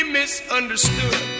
misunderstood